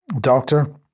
doctor